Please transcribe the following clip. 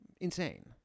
insane